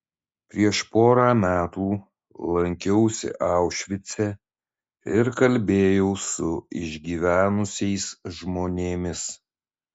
prieš porą metų lankiausi aušvice ir kalbėjau su išgyvenusiais žmonėmis